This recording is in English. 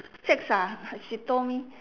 six ah she told me